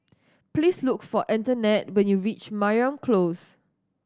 please look for Antonette when you reach Mariam Close